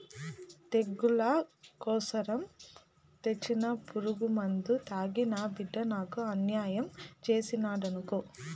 తెగుళ్ల కోసరం తెచ్చిన పురుగుమందు తాగి నా బిడ్డ నాకు అన్యాయం చేసినాడనుకో